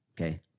okay